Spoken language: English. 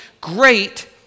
great